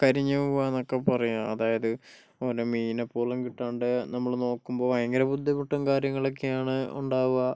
കരിഞ്ഞു പോകുകയെന്നൊക്കെ പറയുക അതായത് ഒരു മീനിനെപ്പോലും കിട്ടാണ്ട് നമ്മൾ നോക്കുമ്പോൾ ഭയങ്കര ബുദ്ധിമുട്ടും കാര്യങ്ങളൊക്കെയാണ് ഉണ്ടാവുക